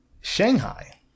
Shanghai